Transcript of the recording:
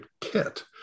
kit